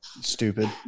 Stupid